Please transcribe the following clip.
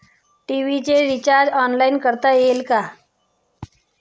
TV चे recharge online करता येईल का?